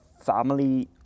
family